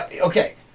Okay